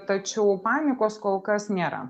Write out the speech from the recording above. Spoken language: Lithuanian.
tačiau panikos kol kas nėra